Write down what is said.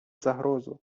загрозу